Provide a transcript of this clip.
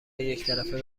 یکطرفه